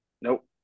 Nope